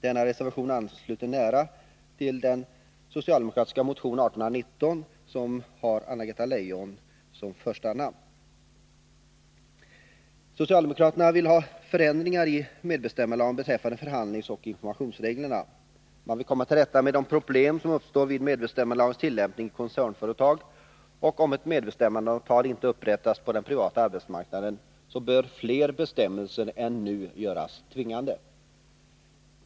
Denna reservation ansluter nära till den socialdemokratiska motionen 1819, som har Anna Greta Leijon som första namn. Socialdemokraterna vill ha förändringar i medbestämmandelagen beträffande förhandlingsoch informationsreglerna. De vill komma till rätta med de prolem som uppstår vid medbestämmandelagens tillämpning i koncernföretagen, och om ett medbestämmandeavtal inte upprättas på den privata arbetsmarknaden anser de att fler bestämmelser än nu bör göras tvingande.